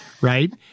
right